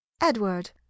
edward